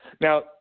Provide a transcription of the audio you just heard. now